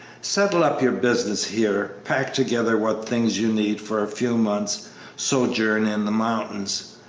settle up your business here, pack together what things you need for a few months' sojourn in the mountains,